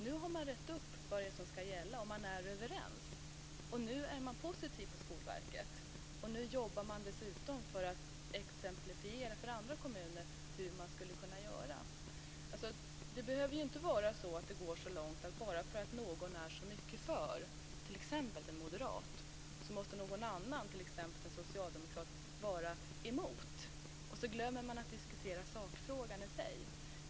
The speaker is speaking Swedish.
Nu har man rett ut vad som ska gälla, och man är överens. Nu är man positiv från Skolverket, och man jobbar dessutom för att exemplifiera för andra kommuner hur man skulle kunna göra. Det behöver ju inte gå så långt att bara för att någon är så mycket för, t.ex. en moderat, så måste någon annan, t.ex. en socialdemokrat, vara emot, och så glömmer man att diskutera sakfrågan i sig.